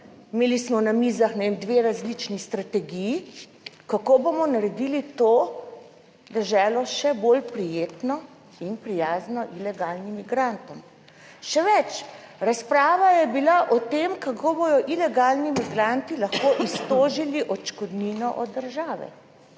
Imeli smo na mizah, ne vem, dve različni strategiji kako bomo naredili to deželo še bolj prijetno in prijazno ilegalnim migrantom. Še več, razprava je bila o tem kako bodo ilegalni migranti lahko iztožili odškodnino od države,